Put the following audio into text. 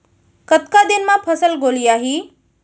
कतका दिन म फसल गोलियाही?